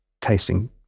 tasting